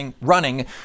running